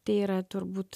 tai yra turbūt